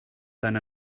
tant